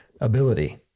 Ability